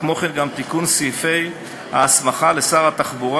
כמו כן גם תיקון סעיפי ההסמכה לשר התחבורה